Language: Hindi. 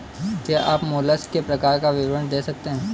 क्या आप मोलस्क के प्रकार का विवरण दे सकते हैं?